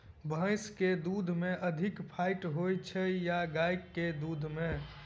भैंस केँ दुध मे अधिक फैट होइ छैय या गाय केँ दुध में?